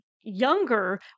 younger